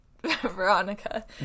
Veronica